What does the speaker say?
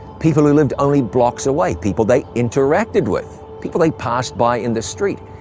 people who lived only blocks away, people they interacted with, people they passed by in the street?